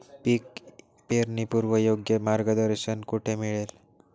पीक पेरणीपूर्व योग्य मार्गदर्शन कुठे मिळेल?